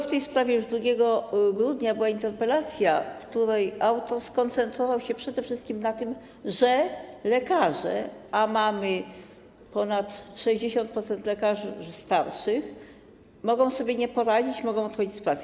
W tej sprawie już 2 grudnia była interpelacja, której autor skoncentrował się przede wszystkim na tym, że lekarze, a mamy ponad 60% lekarzy starszych, mogą sobie nie poradzić, mogą odchodzić z pracy.